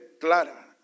clara